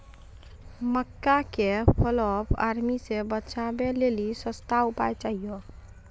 मक्का के fall of army से बचाबै लेली सस्ता उपाय चाहिए?